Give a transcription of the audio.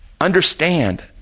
understand